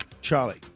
Charlie